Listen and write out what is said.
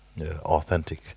authentic